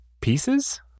pieces